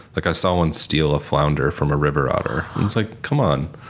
like i saw one steal a flounder from a river otter. it's like, come on.